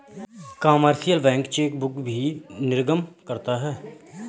commercial bank chequebook भी निर्गम करता है